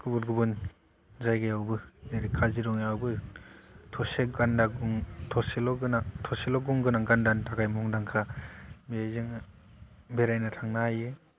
गुबुन गुबुन जायगायावबो जेरै काजिरङायावबो थसे गान्दानि गं थसेल' गं रोनां गान्दानि थाखाय मुंदांखा बेयाव जोङो बेरायनो थांनो हायो